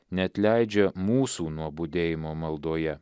neatleidžia mūsų nuo budėjimo maldoje